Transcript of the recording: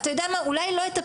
אתה יודע מה, אולי לא את הפיגוע,